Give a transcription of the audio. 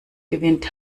gewinnt